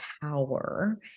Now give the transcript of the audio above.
power